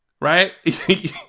Right